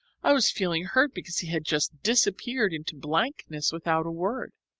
i was feeling hurt because he had just disappeared into blankness without a word.